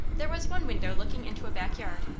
there was one window looking into a back yard,